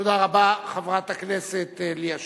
תודה רבה, חברת הכנסת ליה שמטוב.